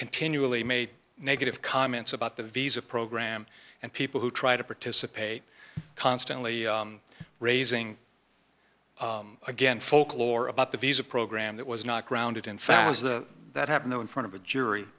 continually made negative comments about the visa program and people who try to participate constantly raising again folklore about the visa program that was not grounded in fact as the that happened though in front of a jury